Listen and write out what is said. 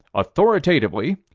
authoritatively,